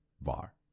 Var